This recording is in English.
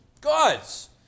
God's